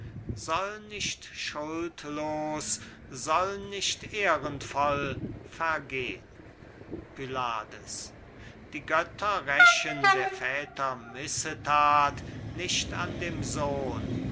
soll nicht schuldlos soll nicht ehrenvoll vergehn pylades die götter rächen der väter missethat nicht an dem sohn